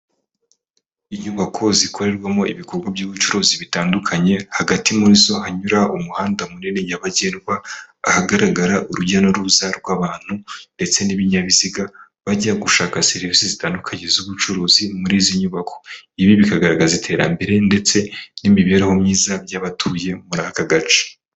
Inyubako zikorerwamo ibikorwa by'ubucuruzi bitandukanye, hagati muri zo hanyura umuhanda munini nyabagendwa, ahagaragara urujya n'uruza rw'abantu ndetse n'ibinyabiziga bajya gushaka serivisi zitandukanye z'ubucuruzi muri izi nyubako, ibi bikagaragaza iterambere ndetse n'imibereho myiza by'abatuye muri aka gace.